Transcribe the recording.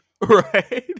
Right